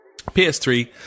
PS3